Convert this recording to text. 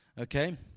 Okay